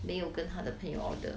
没有跟他的配 order